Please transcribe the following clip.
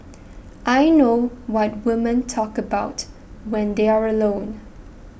I know what women talk about when they're alone